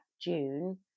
June